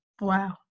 wow